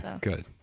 Good